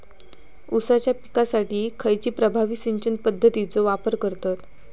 ऊसाच्या पिकासाठी खैयची प्रभावी सिंचन पद्धताचो वापर करतत?